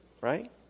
right